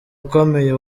ukomeye